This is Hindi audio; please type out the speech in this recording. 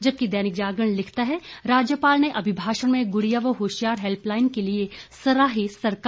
जबकि दैनिक जागरण लिखता है राज्यपाल ने अभिभाषण में गुड़िया व होशियार हेल्पलाइन के लिए सराही सरकार